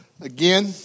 again